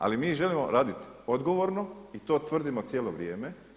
Ali mi želimo raditi odgovorno i to tvrdimo cijelo vrijeme.